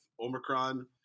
Omicron